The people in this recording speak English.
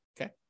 okay